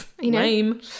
Name